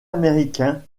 américain